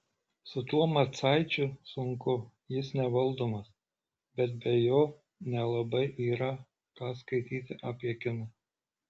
su tuo macaičiu sunku jis nevaldomas bet be jo nelabai yra ką skaityti apie kiną